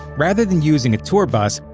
rather than using a tour bus,